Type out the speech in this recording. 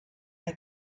der